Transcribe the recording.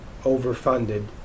overfunded